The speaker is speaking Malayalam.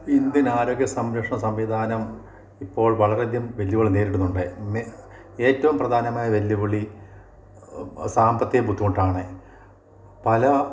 ഇന്ത്യൻ ആരോഗ്യ സംരക്ഷണ സംവിധാനം ഇപ്പോൾ വളരെയധികം വെല്ലുവിളി നേരിടുന്നുണ്ട് മെ ഏറ്റവും പ്രധാനമായ വെല്ലുവിളി സാമ്പത്തിക ബുദ്ധിമുട്ടാണ് പല